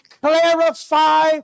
clarify